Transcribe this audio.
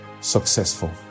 successful